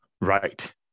right